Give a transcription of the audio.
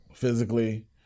Physically